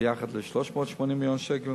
ביחד 380 מיליון שקלים